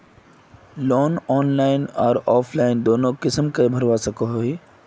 Loan online आर offline दोनों किसम के भरवा सकोहो ही?